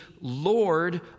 Lord